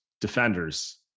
defenders